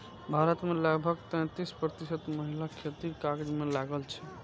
भारत मे लगभग तैंतीस प्रतिशत महिला खेतीक काज मे लागल छै